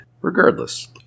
Regardless